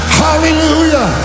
hallelujah